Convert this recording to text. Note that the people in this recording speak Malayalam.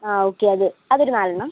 ആ ഓക്കെ അത് അതൊരു നാലെണ്ണം